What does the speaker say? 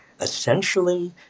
essentially